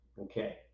Okay